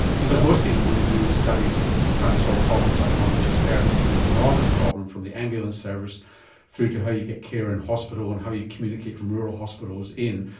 because most people when they do studies trying to solve problems like the one we just heard, which is an enormous problem from the ambulance service through to how you get care in hospital and how you communicate from rural hospitals in,